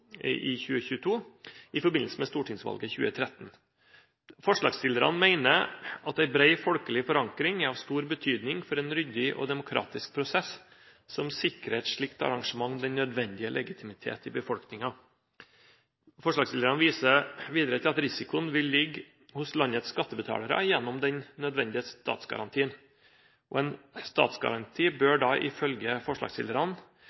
i 2022 i forbindelse med stortingsvalget i 2013. Forslagsstillerne mener at en bred folkelig forankring er av stor betydning for en ryddig og demokratisk prosess, som sikrer et slikt arrangement den nødvendige legitimitet i befolkningen. Forslagsstillerne viser videre til at risikoen vil ligge hos landets skattebetalere gjennom den nødvendige statsgarantien, og en statsgaranti bør, ifølge forslagsstillerne,